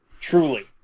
Truly